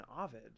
Ovid